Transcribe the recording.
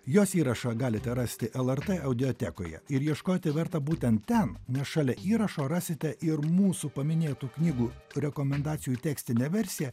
jos įrašą galite rasti lrt audiotekoje ir ieškoti verta būtent ten nes šalia įrašo rasite ir mūsų paminėtų knygų rekomendacijų tekstinę versiją